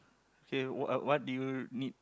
okay what what do you need